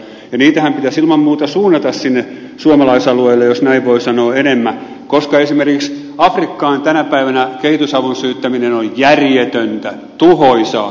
niitähän pitäisi ilman muuta suunnata sinne suomalaisalueelle jos näin voi sanoa enemmän koska esimerkiksi afrikkaan tänä päivänä kehitysavun syytäminen on järjetöntä tuhoisaa